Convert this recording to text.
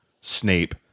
Snape